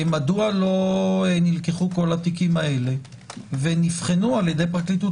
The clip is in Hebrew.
מדוע לא נלקחו כל התיקים האלה ונבחנו על ידי פרקליטות